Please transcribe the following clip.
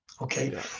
okay